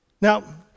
now